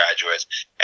graduates